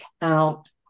count